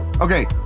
Okay